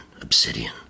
obsidian